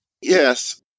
Yes